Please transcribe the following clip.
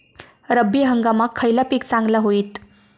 रब्बी हंगामाक खयला पीक चांगला होईत?